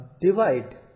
divide